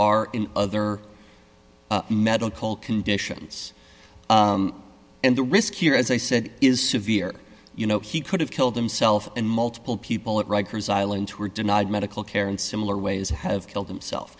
are in other medical conditions and the risk here as i said is severe you know he could have killed himself and multiple people at rikers island who are denied medical care in similar ways have killed himself